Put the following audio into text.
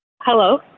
Hello